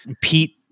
Pete